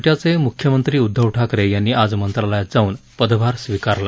राज्याचे मुख्यमंत्री उदधव ठाकरे यांनी आज मंत्रालयात जाऊन पदभार स्वीकारला